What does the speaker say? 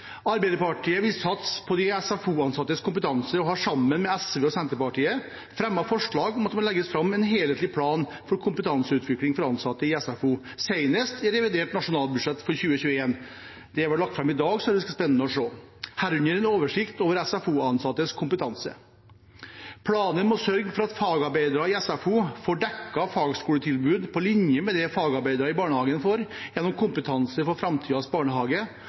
Arbeiderpartiet vil satse på de SFO-ansattes kompetanse og har sammen med SV og Senterpartiet fremmet forslag om at det må legges fram en helhetlig plan for kompetanseutvikling for ansatte i SFO senest i revidert nasjonalbudsjett for 2021, som er lagt fram i dag – det blir spennende – herunder en oversikt over SFO-ansattes kompetanse. Planen må sørge for at fagarbeidere i SFO får dekket fagskoletilbud på linje med det fagarbeidere i barnehage får gjennom strategien Kompetanse for framtidens barnehage,